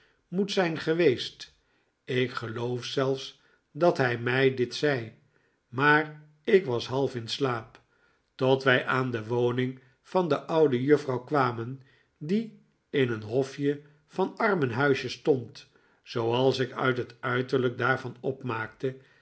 moet zijn geweest ik geloof zelfs dat hij mij dit zei maar ik was half in slaap tot wij aan de woning van de oude juffrouw kwamen die in een hofje van armenhuisjes stond zooals ik uit het uiterlijk daarvan opmaakte